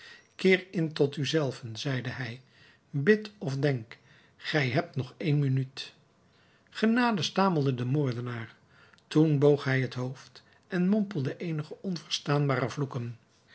keer in tot u zelven zeide hij bid of denk gij hebt nog een minuut genade stamelde de moordenaar toen boog hij het hoofd en mompelde eenige onverstaanbare vloeken